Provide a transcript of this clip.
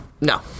No